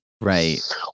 right